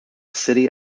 city